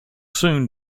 soon